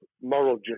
moral